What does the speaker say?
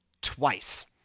twice